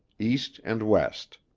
east and west.